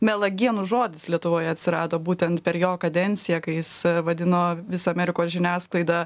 melagienų žodis lietuvoje atsirado būtent per jo kadenciją kai jis vadino visą amerikos žiniasklaidą